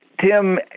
Tim